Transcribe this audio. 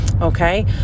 Okay